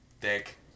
dick